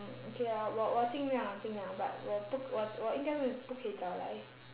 mm okay lor 我我尽量尽量 but 我不我我应该是不可以早来